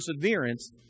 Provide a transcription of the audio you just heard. perseverance